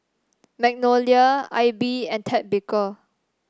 Magnolia AIBI and Ted Baker